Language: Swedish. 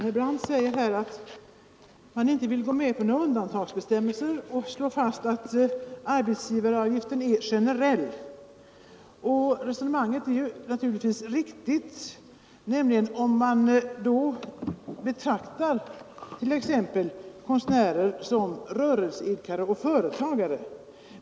Fru talman! Herr Brandt säger att han inte vill gå med på några undantagsbestämmelser och slår fast att arbetsgivaravgiften är generell. Resonemanget är naturligtvis riktigt om man betraktar t.ex. konstnärer som rörelseidkare och företagare.